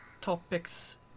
topics